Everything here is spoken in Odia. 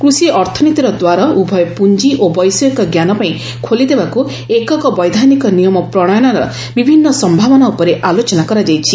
କୃଷି ଅର୍ଥନୀତିର ଦ୍ୱାର ଉଭୟ ପୁଞ୍ଜି ଓ ବୈଷୟିକ ଜ୍ଞାନପାଇଁ ଖୋଲିଦେବାକୁ ଏକକ ବୈଧାନିକ ନିୟମ ପ୍ରଶୟନର ବିଭିନ୍ନ ସମ୍ଭାବନା ଉପରେ ଆଲୋଚନା କରାଯାଇଛି